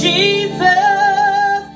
Jesus